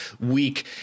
week